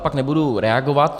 Pak už nebudu reagovat.